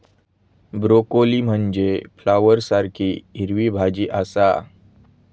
broccoli म्हनजे फ्लॉवरसारखी हिरवी भाजी आसा